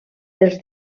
dels